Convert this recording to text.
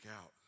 out